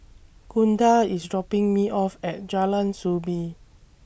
Gunda IS dropping Me off At Jalan Soo Bee